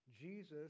Jesus